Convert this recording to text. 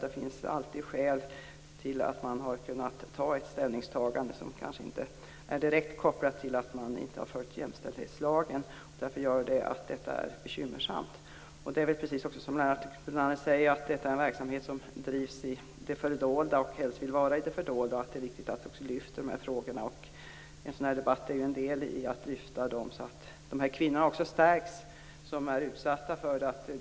Det finns alltid skäl till att man har gjort ett ställningstagande som kanske inte direkt följer jämställdhetslagen. Detta är bekymmersamt. Det är precis som Lennart Brunander säger en verksamhet som drivs i det fördolda och som helst vill förbli i det fördolda. Det är viktigt att vi lyfter fram dessa frågor. En sådan här debatt är en del i att lyfta fram dem, så att de kvinnor som är utsatta stärks.